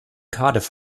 cardiff